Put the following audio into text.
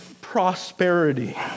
prosperity